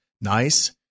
nice